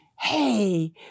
Hey